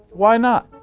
why not?